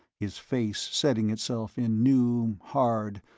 his face setting itself in new, hard,